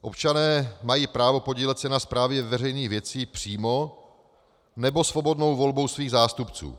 Občané mají právo podílet se na správě veřejných věcí přímo nebo svobodnou volbou svých zástupců.